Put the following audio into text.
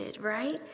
right